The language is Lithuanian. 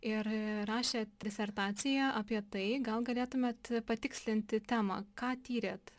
ir rašėt disertaciją apie tai gal galėtumėt patikslinti temą ką tyrėt